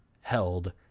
held